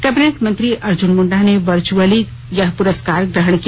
cabinet मंत्री अर्जुन मुंडा ने virtually यह पुरस्कार ग्रहण किया